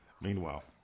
Meanwhile